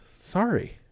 Sorry